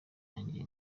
nanjye